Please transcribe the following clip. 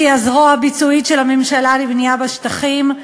שהיא הזרוע הביצועית של הממשלה לבנייה בשטחים.